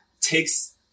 takes